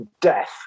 death